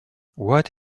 what